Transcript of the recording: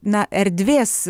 na erdvės